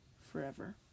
forever